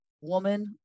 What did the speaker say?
woman